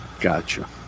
Gotcha